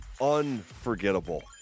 unforgettable